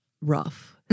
rough